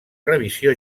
revisió